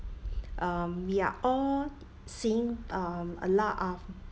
um we are all seeing um a lot of